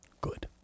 Good